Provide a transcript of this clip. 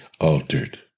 altered